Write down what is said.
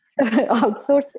Outsource